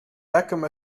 beckham